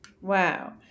Wow